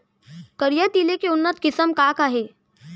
करिया तिलि के उन्नत किसिम का का हे?